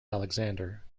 alexander